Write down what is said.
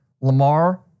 Lamar